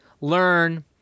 learn